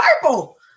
purple